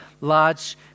large